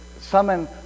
summon